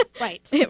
Right